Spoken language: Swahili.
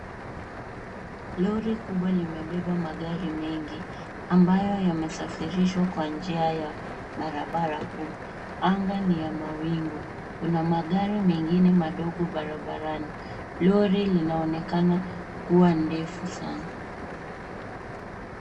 Lori kubwa limebebaba magari mengi ambayo yamesafirishwa kwa njia ya barabara kuu. Anga ni ya mawingu. Kuna magari mengine madogo barabarani. Lori linaonekana kuwa ndefu sana.